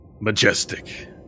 Majestic